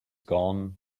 gone